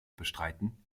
bestreiten